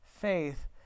Faith